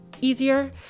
easier